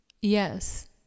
Yes